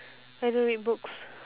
I don't read books